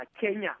Kenya